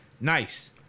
Nice